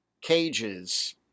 cages